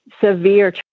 severe